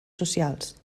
socials